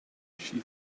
she